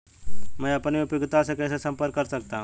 मैं अपनी उपयोगिता से कैसे संपर्क कर सकता हूँ?